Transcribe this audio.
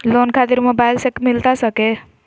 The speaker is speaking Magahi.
लोन खातिर मोबाइल से मिलता सके?